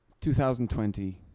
2020